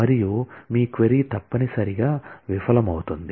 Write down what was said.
మరియు మీ క్వరీ తప్పనిసరిగా విఫలమవుతుంది